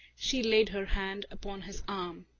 she laid her hand upon his arm.